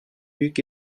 büyük